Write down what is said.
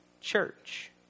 church